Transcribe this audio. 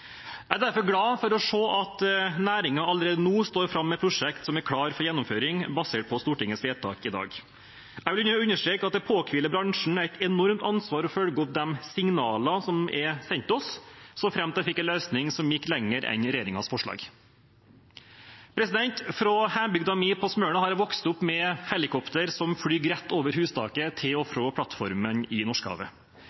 Jeg er derfor glad for å se at næringen allerede nå står fram med prosjekter som er klare for gjennomføring basert på Stortingets vedtak i dag. Jeg vil understreke at det påhviler bransjen et enormt ansvar for å følge opp de signalene som er sendt oss, så lenge de fikk en løsning som gikk lenger enn regjeringens forslag. I hjembygda mi på Smøla har jeg vokst opp med helikopter som flyr rett over hustaket til og